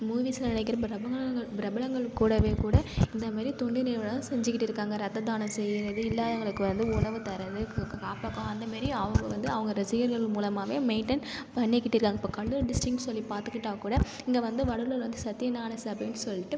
மூவிஸில் நடிக்கிற பிரபலங்கள் பிரபலங்கள் கூடவே கூட இந்த மாரி தொண்டு நிறுவனங்கள் செஞ்சுட்டு இருக்காங்கள் இரத்த தானம் செய்கிறது இல்லாதவங்களுக்கு வந்து உணவு தரது காப்பகம் அந்த மாதிரி அவங்க வந்து அவங்களோட செயல்கள் மூலிமாவே மேன்ட்டேன் பண்ணிக்கிட்டு இருக்காங்கள் இப்போ கடலூர் டிஸ்டிட்க்னு சொல்லி பார்த்துக்கிட்டா கூட இங்கே வந்து கடலூர்ல வந்து சத்திய ஞான சபைன்னு சொல்லிட்டு